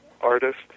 artist